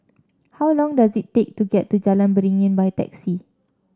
how long does it take to get to Jalan Beringin by taxi